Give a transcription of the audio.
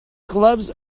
gloves